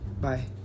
Bye